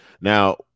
now